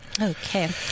Okay